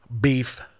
Beef